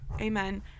Amen